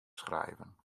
schrijven